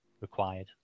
required